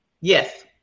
Yes